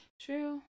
True